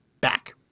back